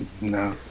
No